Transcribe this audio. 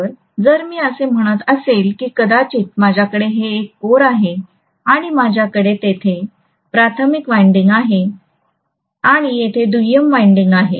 तर जर मी असे म्हणत असेल की कदाचित माझ्याकडे हे एक कोर आहे आणि माझ्याकडे येथे प्राथमिक वाइंडिंग आहे आणि येथे दुय्यम वाइंडिंग आहे